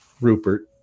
Rupert